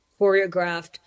choreographed